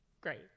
great